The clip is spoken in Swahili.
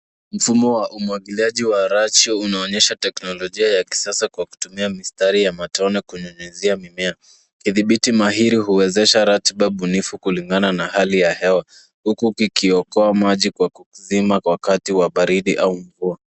Mfumo wa umwagiliaji wa rache unaonyesha teknolojia ya kisasa kwa kutumia mistari ya matone kunyunyuzia mimea. Kidhibiti mahiri huwezesha ratiba bunifu kulingana na hali ya hewa huku kikiokoa maji kwa kujizima kwa wakati wa baridi au mvua.